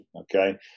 okay